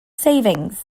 savings